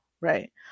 right